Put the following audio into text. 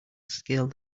scaled